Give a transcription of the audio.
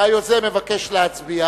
והיוזם מבקש להצביע,